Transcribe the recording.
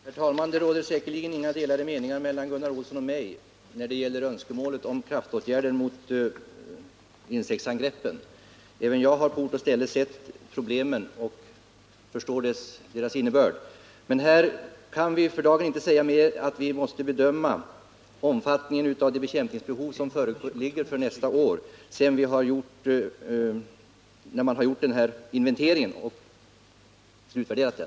Herr talman! Det råder säkerligen inga delade meningar mellan Gunnar Olsson och mig när det gäller kravet på åtgärder mot insektsangreppen. Även jag har på ort och ställe sett problemen och förstår deras innebörd. Men för dagen kan vi inte säga mer än att vi måste bedöma omfattningen av bekämpningsbehovet för nästa år sedan vi gjort inventeringen och slutvärderat den.